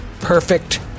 perfect